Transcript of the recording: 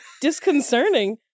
disconcerting